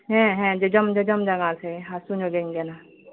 ᱦᱮᱸ ᱦᱮᱸ ᱡᱚᱡᱚᱢ ᱡᱚᱡᱚᱢ ᱡᱟᱸᱜᱟ ᱥᱮᱫ ᱦᱟᱥᱩ ᱧᱚᱜᱤᱧ ᱠᱟᱱᱟ